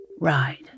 ride